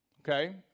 Okay